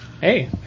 Hey